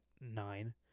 nine